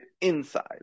inside